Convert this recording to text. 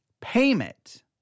payment